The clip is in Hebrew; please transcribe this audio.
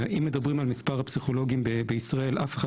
אם מדברים על מספר הפסיכולוגים בישראל אף אחד